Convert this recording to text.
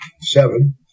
seven